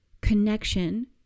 connection